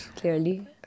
clearly